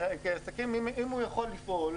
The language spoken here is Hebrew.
כי אם הוא יכול לפעול,